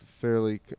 Fairly